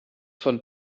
von